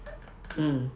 mm